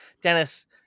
Dennis